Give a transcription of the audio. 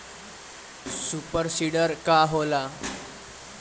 Super seeder का होला?